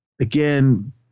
again